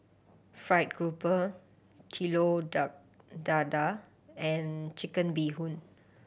Fried Garoupa telur dadah and Chicken Bee Hoon